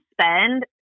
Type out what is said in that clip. spend